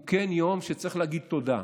הוא כן יום שצריך להגיד בו תודה,